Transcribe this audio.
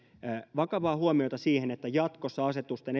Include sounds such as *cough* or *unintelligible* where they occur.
vakavaa huomiota siihen että jatkossa asetusten *unintelligible*